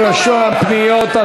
רשם פניות),